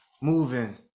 moving